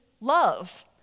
love